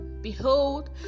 behold